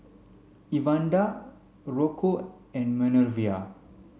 Evander Rocco and Minervia